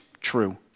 true